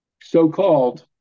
so-called